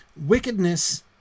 Wickedness